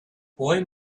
boy